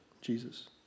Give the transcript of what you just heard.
Jesus